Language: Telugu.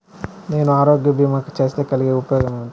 నేను ఆరోగ్య భీమా చేస్తే కలిగే ఉపయోగమేమిటీ?